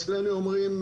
אצלנו אומרים,